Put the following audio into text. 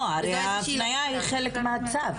לא, הרי ההפניה היא חלק מהצו,